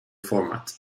format